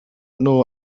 nhw